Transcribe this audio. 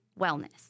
wellness